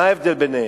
מה ההבדל ביניהם?